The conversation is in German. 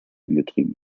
angetrieben